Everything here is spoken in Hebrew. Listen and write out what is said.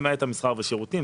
למעט המחסר והשירותים.